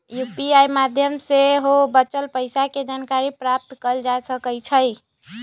UPI माध्यम से सेहो बचल पइसा के जानकारी प्राप्त कएल जा सकैछइ